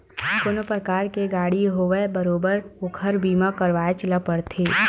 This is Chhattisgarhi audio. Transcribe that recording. कोनो परकार के गाड़ी होवय बरोबर ओखर बीमा करवायच ल परथे